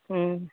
हूँ